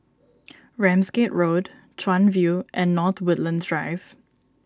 Ramsgate Road Chuan View and North Woodlands Drive